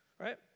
Right